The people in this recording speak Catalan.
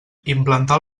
implantar